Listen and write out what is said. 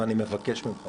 ואני מבקש ממך